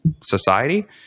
society